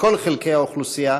מכל חלקי האוכלוסייה,